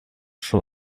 schon